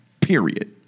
period